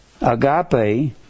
Agape